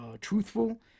truthful